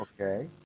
okay